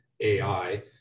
AI